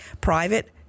Private